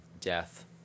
Death